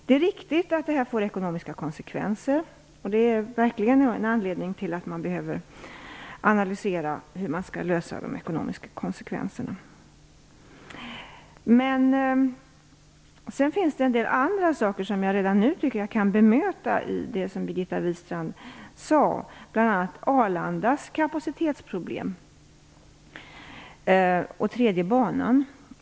Det är riktigt att en nedläggning får ekonomiska konsekvenser. Man behöver verkligen analysera hur man skall lösa de ekonomiska konsekvenserna. Det finns en del andra saker i det som Birgitta Wistrand sade som jag redan nu tycker att jag kan bemöta, bl.a. Arlandas kapacitetsproblem och tredje banan.